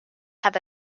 have